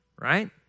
right